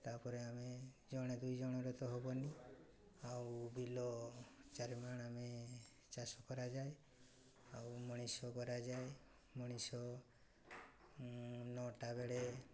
ତା'ପରେ ଆମେ ଜଣେ ଦୁଇ ଜଣରେ ତ ହବନି ଆଉ ବିଲ ଚାରିମାଣ ଆମେ ଚାଷ କରାଯାଏ ଆଉ ମଣିଷ କରାଯାଏ ମଣିଷ ନଅଟା ବେଳେ